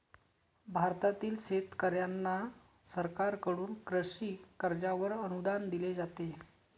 भारतातील शेतकऱ्यांना सरकारकडून कृषी कर्जावर अनुदान दिले जाते